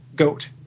goat